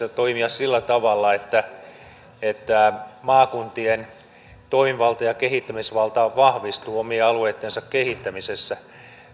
ja toimia sillä tavalla että että maakuntien toimivalta ja ja kehittämisvalta vahvistuu omien alueittensa kehittämisessä